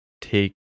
take